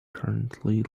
currently